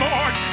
Lord